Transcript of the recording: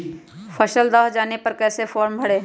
फसल दह जाने पर कैसे फॉर्म भरे?